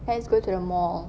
let's go to the mall